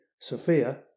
Sophia